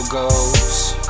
ghost